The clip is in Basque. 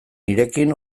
nirekin